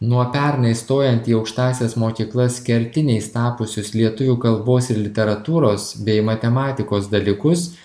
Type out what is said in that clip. nuo pernai stojant į aukštąsias mokyklas kertiniais tapusius lietuvių kalbos ir literatūros bei matematikos dalykus